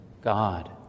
God